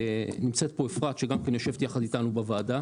נמצאת פה אפרת שגם כן יושבת יחד איתנו בוועדה.